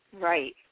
right